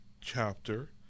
chapter